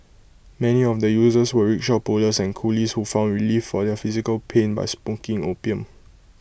many of the users were rickshaw pullers and coolies who found relief for their physical pain by smoking opium